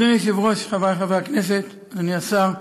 אדוני היושב-ראש, חברי חברי הכנסת, אדוני השר,